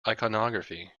iconography